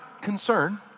concern